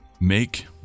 Make